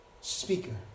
speaker